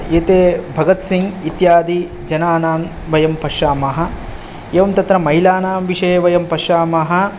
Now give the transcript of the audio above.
एते भगत्सिङ् इत्यादि जनानां वयं पश्यामः एवं तत्र महिलानां विषये वयं पश्यामः